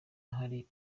hari